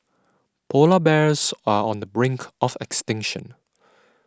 Polar Bears are on the brink of extinction